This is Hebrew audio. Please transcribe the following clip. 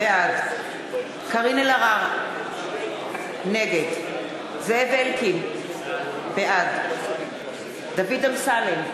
בעד קארין אלהרר, נגד זאב אלקין, בעד דוד אמסלם,